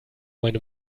meine